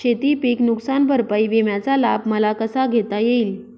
शेतीपीक नुकसान भरपाई विम्याचा लाभ मला कसा घेता येईल?